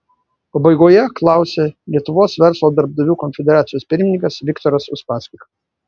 pabaigoje klausė lietuvos verslo darbdavių konfederacijos pirmininkas viktoras uspaskich